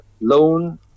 loan